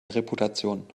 reputation